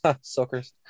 suckers